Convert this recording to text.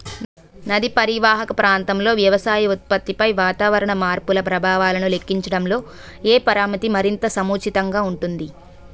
నదీ పరీవాహక ప్రాంతంలో వ్యవసాయ ఉత్పత్తిపై వాతావరణ మార్పుల ప్రభావాలను లెక్కించడంలో ఏ పరామితి మరింత సముచితంగా ఉంటుంది?